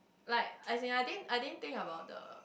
like as in I didn't I didn't think about the